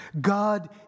God